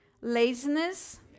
Laziness